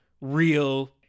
real